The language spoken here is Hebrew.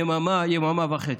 יממה, יממה וחצי.